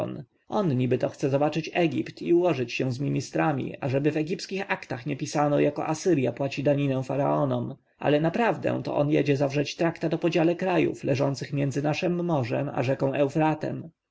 on niby to chce zobaczyć egipt i ułożyć się z ministrami ażeby w egipskich aktach nie pisano jako asyrja płaci daninę faraonom ale naprawdę to on jedzie zawrzeć traktat o podział krajów leżących między naszem morzem a